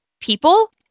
people